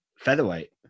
Featherweight